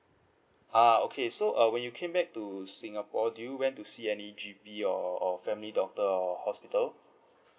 ah okay so uh when you came back to singapore do you went to see any G_P or or family doctor or hospital